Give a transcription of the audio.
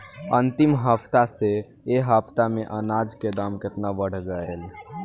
अंतिम हफ्ता से ए हफ्ता मे अनाज के दाम केतना बढ़ गएल?